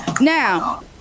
Now